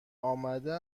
آمده